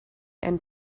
and